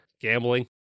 Gambling